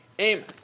Amen